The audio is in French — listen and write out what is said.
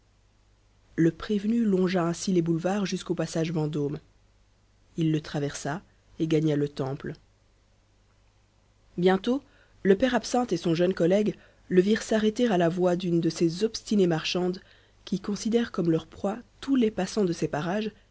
le prévenu longea ainsi les boulevards jusqu'au passage vendôme il le traversa et gagna le temple bientôt le père absinthe et son jeune collègue le virent s'arrêter à la voix d'une de ces obstinées marchandes qui considèrent comme leur proie tous les passants de ces parages